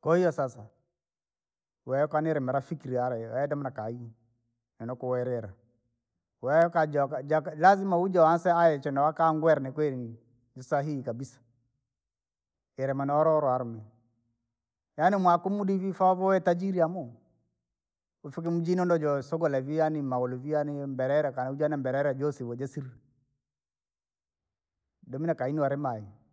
Kwahiyo sasa, wekanile marafiki lyale edoma nakai, enakilila, wekajaka jaka jakalazima uje wanseaya chenokangwire nikweri, ni sahihi kabisa, yilima nololo walume. Yaani umwaka umudi ivi faa uvue tajiri yamoo, ufike mujini undojosogola ivi yaani maulu vii ani mbelele kani uje na mbelele josi wujasili, domire kainywa limai.